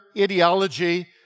ideology